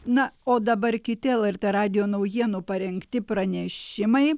na o dabar kiti lrt radijo naujienų parengti pranešimai